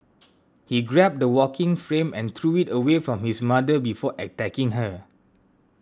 he grabbed the walking frame and threw it away from his mother before attacking her